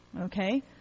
Okay